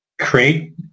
create